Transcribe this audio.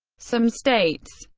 some states,